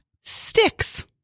sticks